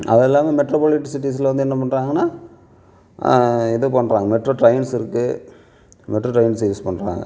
அது இல்லாமல் மெட்ரோபோலிடிக் சிட்டிஸில் வந்து என்ன பண்ணுறாங்கனா இது பண்ணுறாங்க மெட்ரோ ட்ரெயின்ஸ் இருக்கு மெட்ரோ ட்ரெயின்ஸ் யூஸ் பண்ணுறாங்க